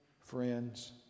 friends